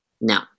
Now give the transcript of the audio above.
No